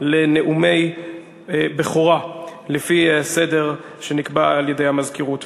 לנאומי בכורה לפי הסדר שנקבע על-ידי המזכירות.